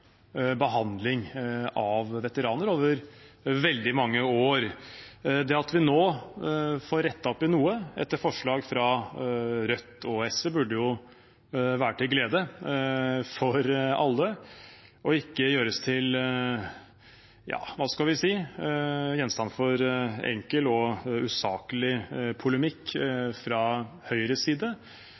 behandling av veteraner over veldig mange år. Det at vi nå får rettet opp i noe, etter forslag fra Rødt og SV, burde jo være til glede for alle og ikke gjøres til – hva skal vi si – gjenstand for enkel og usaklig polemikk fra Høyres side.